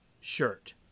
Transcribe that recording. shirt